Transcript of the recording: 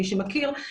מי שמכיר אותו,